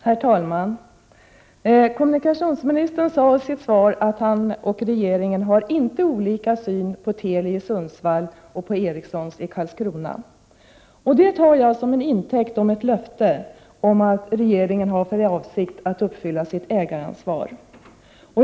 Herr talman! Kommunikationsministern sade i sitt svar att han och regeringen i övrigt inte har olika syn på Teli i Sundsvall och på Ericssons i Karlskrona. Det tar jag som intäkt för ett löfte om att regeringen har för avsikt att uppfylla sitt ägaransvar.